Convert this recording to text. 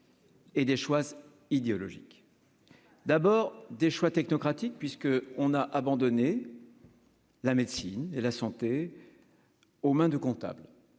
et des choix idéologiques d'abord des choix technocratiques, puisque on a abandonné la médecine et la santé, aux mains de comptable